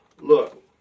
look